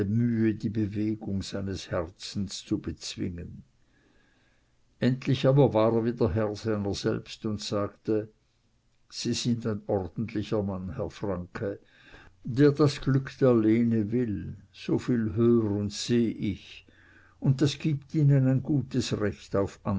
mühe die bewegung seines herzens zu bezwingen endlich aber war er wieder herr seiner selbst und sagte sie sind ein ordentlicher mann herr franke der das glück der lene will soviel hör und seh ich und das gibt ihnen ein gutes recht auf